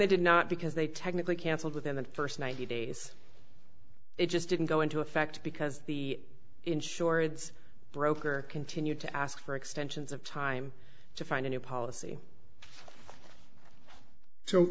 they did not because they technically cancelled within the first ninety days it just didn't go into effect because the insurance broker continued to ask for extensions of time to find a new policy so